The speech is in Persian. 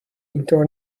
اینطور